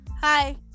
Hi